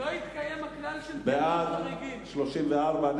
ההסתייגות של קבוצת סיעת